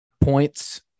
points